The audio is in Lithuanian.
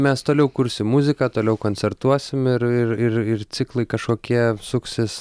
mes toliau kursim muziką toliau koncertuosim ir ir ir ciklai kažkokie suksis